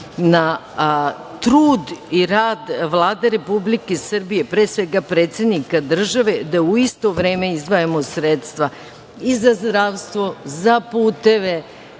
na trud i rad Vlade Republike Srbije, pre svega predsednika države da u isto vreme izdvajamo sredstva i za zdravstvo, za puteve,